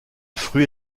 fruit